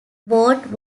ward